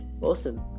Awesome